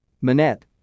Manette